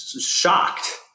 shocked